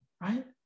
right